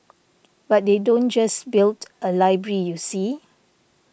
but they don't just build a library you see